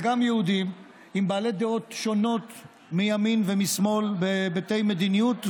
וגם יהודים בעלי דעות שונות מימין ומשמאל בהיבטי מדיניות,